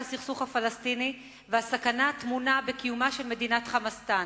הסכסוך הפלסטיני והסכנה הטמונה בקיומה של מדינת "חמאסטן"